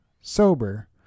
sober